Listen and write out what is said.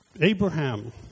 Abraham